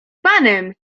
panem